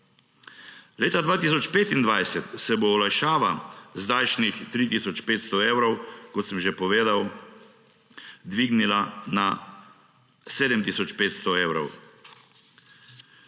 Leta 2025 se bo olajšava z zdajšnjih 350 evrov, kot sem že povedal, dvignila na 7 tisoč 500 evrov.